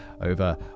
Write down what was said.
over